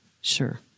Sure